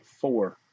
four